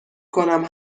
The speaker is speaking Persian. کنم